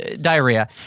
diarrhea